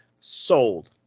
sold